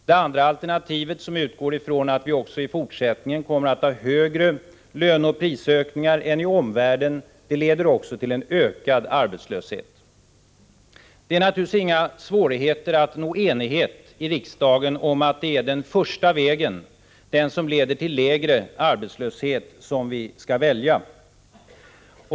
Det andra alternativet, som utgår från att vi också i fortsättningen kommer att ha högre löneoch prisökningar än i omvärlden, leder till en ökad arbetslöshet. Det är naturligtvis inga svårigheter att nå enighet i riksdagen om att det är den första vägen, den som leder till lägre arbetslöshet, som vi skall välja.